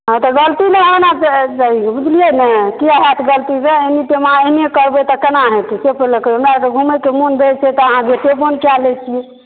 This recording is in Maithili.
हँ तऽ गलती नहि होना चाही बुझलिय ने किया हैत गलती अहिठिमा एहने करबै तऽ केना हेतै हमरा आरके घूमय के मोन रहै छै त अहाँ गेटे बन्द कए लै छियै